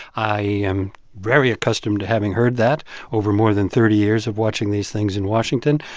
i am very accustomed to having heard that over more than thirty years of watching these things in washington,